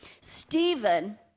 Stephen